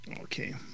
Okay